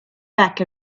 back